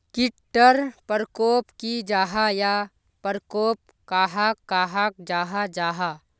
कीट टर परकोप की जाहा या परकोप कहाक कहाल जाहा जाहा?